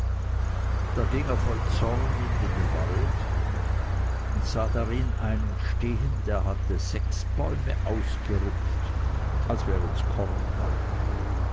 da ging er voll zorn in den wald und sah einen darin stehen der hatte sechs bäume ausgerupft als wärens